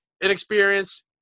inexperienced